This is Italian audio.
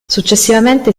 successivamente